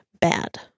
bad